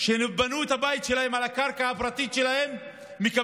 שבנו את הבית שלהם על הקרקע הפרטית שלהם מקבלים